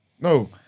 No